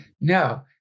No